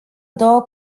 două